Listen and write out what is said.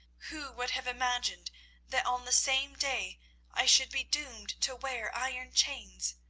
who would have imagined that on the same day i should be doomed to wear iron chains?